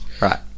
Right